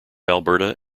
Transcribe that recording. alberta